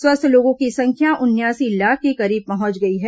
स्वस्थ लोगों की संख्या उनयासी लाख के करीब पहुंच गई है